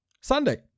Sunday